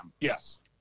yes